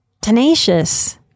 tenacious